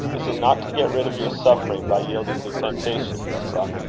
is it not to get rid of your suffering by yielding to temptation, euphra?